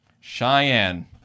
Cheyenne